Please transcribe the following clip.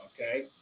okay